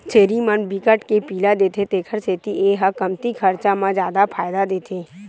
छेरी मन बिकट के पिला देथे तेखर सेती ए ह कमती खरचा म जादा फायदा देथे